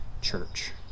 church